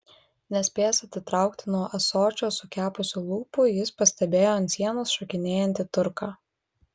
nespėjęs atitraukti nuo ąsočio sukepusių lūpų jis pastebėjo ant sienos šokinėjantį turką